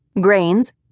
Grains